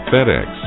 FedEx